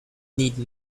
need